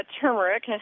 turmeric